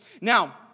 Now